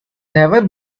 never